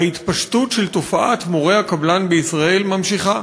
ההתפשטות של תופעת מורי הקבלן בישראל נמשכת.